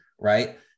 right